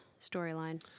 storyline